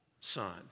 son